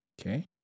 Okay